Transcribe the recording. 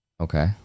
Okay